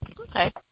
Okay